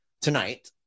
tonight